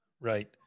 right